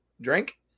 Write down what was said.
Drink